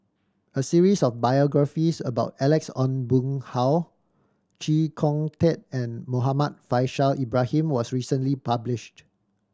a series of biographies about Alex Ong Boon Hau Chee Kong Tet and Muhammad Faishal Ibrahim was recently published